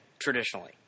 traditionally